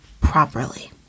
properly